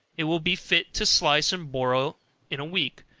it will be fit to slice and broil in a week,